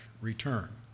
return